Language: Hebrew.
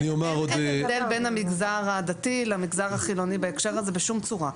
אין הבדל בין המגזר הדתי למגזר החילוני בהקשר הזה בשום צורה.